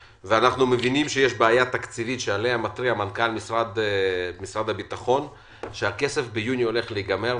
מבינים שמנכ"ל משרד הביטחון מתריע על כך שהכסף הולך להיגמר ביוני,